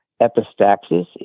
epistaxis